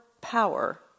power